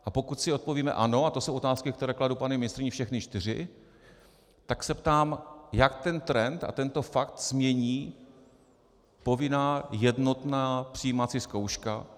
A pokud si odpovíme ano, a to jsou otázky, které kladu paní ministryni, všechny čtyři, tak se ptám, jak ten trend a tento fakt změní povinná jednotná přijímací zkouška.